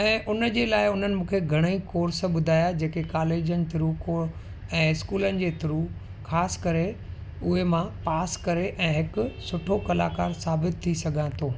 ऐं उन्हनि जे लाइ उन्हनि मूंखे घणई कोर्स ॿुधायां जेके कालेजनि थ्रू को ऐं स्कूल जे थ्रू ख़ासि करे उहे मां पास करे ऐं हिकु सुठो कलाकार साबित थी सघां थो